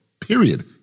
period